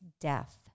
death